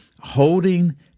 holding